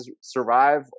survive